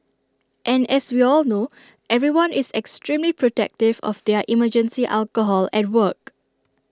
and as we all know everyone is extremely protective of their emergency alcohol at work